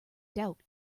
doubt